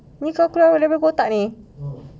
ini kau keluar daripada kotak ni